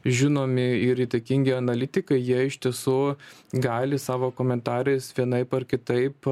žinomi ir įtakingi analitikai jie iš tiesų gali savo komentarais vienaip ar kitaip